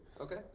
Okay